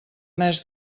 mes